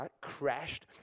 crashed